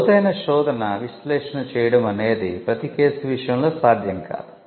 లోతైన శోధన విశ్లేషణ చేయడం అనేది ప్రతి కేసు విషయంలో సాధ్యం కాదు